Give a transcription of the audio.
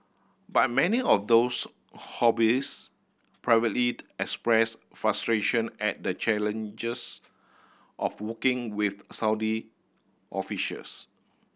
but many of those hobbies privately express frustration at the challenges of working with Saudi officials